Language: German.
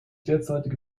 derzeitige